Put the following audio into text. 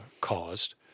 caused